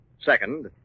Second